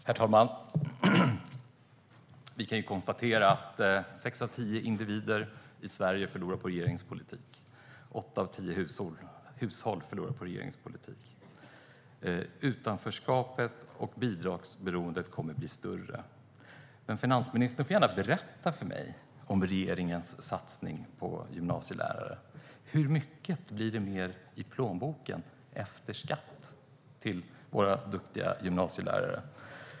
Herr talman! Vi kan konstatera att sex av tio individer i Sverige förlorar på regeringens politik och att åtta av tio hushåll förlorar på regeringens politik. Utanförskapet och bidragsberoendet kommer att bli större. Finansministern får gärna berätta för mig om regeringens satsning på gymnasielärare. Hur mycket mer i plånboken blir det efter skatt till våra duktiga gymnasielärare?